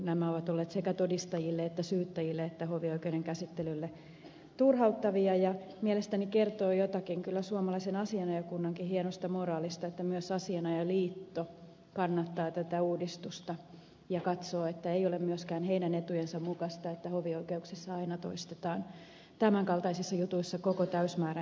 nämä ovat olleet sekä todistajille että syyttäjille että hovioikeuden käsittelylle turhauttavia ja mielestäni kertoo kyllä jotakin suomalaisen asianajajakunnankin hienosta moraalista se että myös asianajajaliitto kannattaa tätä uudistusta ja katsoo että ei ole myöskään heidän etujensa mukaista että hovioikeuksissa aina toistetaan tämänkaltaisissa jutuissa koko täysimääräinen käsittely